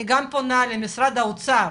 אני פונה גם למשרד האוצר